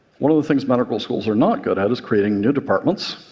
one of the things medical schools are not good at is creating new departments,